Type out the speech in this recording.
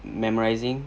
memorising